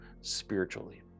spiritually